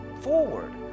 forward